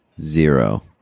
zero